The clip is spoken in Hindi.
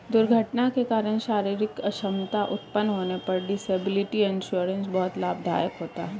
दुर्घटना के कारण शारीरिक अक्षमता उत्पन्न होने पर डिसेबिलिटी इंश्योरेंस बहुत लाभदायक होता है